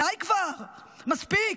די כבר, מספיק.